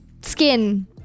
skin